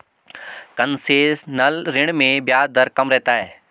concessional ऋण में ब्याज दर कम रहता है